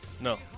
No